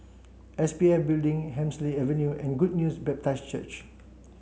S P F Building Hemsley Avenue and Good News Baptist Church